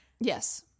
Yes